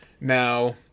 Now